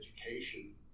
education